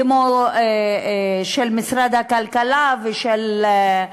כמו של משרד הכלכלה ושל,